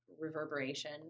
reverberation